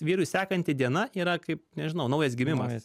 vyrui sekanti diena yra kaip nežinau naujas gimimas